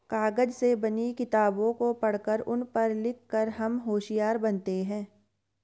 कागज से बनी किताबों को पढ़कर उन पर लिख कर हम होशियार बनते हैं